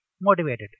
motivated